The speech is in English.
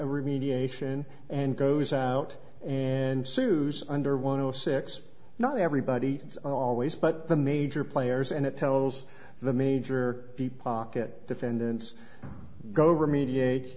remediation and goes out and sues under one of six not everybody is always but the major players and it tells the major deep pocket defendants go remediate